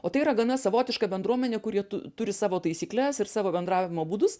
o tai yra gana savotiška bendruomenė kur jie turi savo taisykles ir savo bendravimo būdus